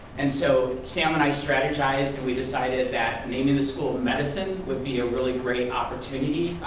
and so sam and i strategized and we decided that maybe the school of medicine would be a really great opportunity.